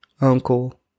uncle